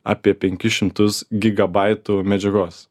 apie penkis šimtus gigabaitų medžiagos